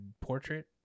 portrait